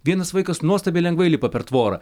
vienas vaikas nuostabiai lengvai lipa per tvorą